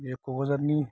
बेयो क'क्राझारनि